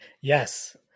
Yes